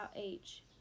age